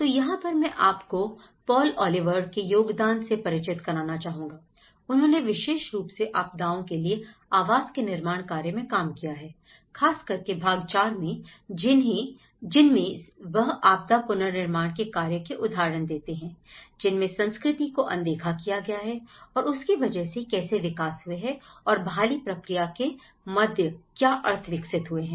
तो यहां पर मैं आपको पॉल ओलिवर के योगदान से परिचित कराना चाहूंगा उन्होंने विशेष रुप से आपदाओं के लिए आवास के निर्माण कार्य में काम किया है खास करके भाग 4 में जिनमें वह आपदा पुनर्निर्माण के कार्य के उदाहरण देते हैं जिनमें संस्कृति को अनदेखा किया गया है और उसकी वजह से कैसे विकास हुए हैं और बहाली प्रक्रिया के मध्य क्या अर्थ विकसित हुए हैं